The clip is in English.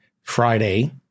Friday